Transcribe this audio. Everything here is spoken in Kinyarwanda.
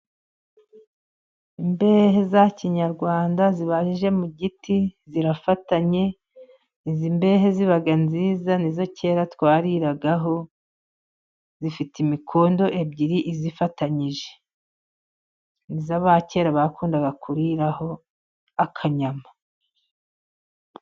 Imbehe za kinyarwanda zibajije mu giti, zirafatanye, izi mbehe ziba nziza, nizo kera twariragaho, zifite imikondo ebyiri izifatanyije. Nizo abakera bakundaga kuriraho akanyama.